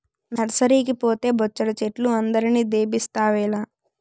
నర్సరీకి పోతే బొచ్చెడు చెట్లు అందరిని దేబిస్తావేల